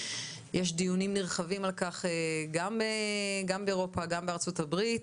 יש דיונים נרחבים על כך גם באירופה גם בארצות הברית